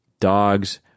dogs